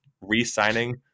re-signing